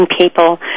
people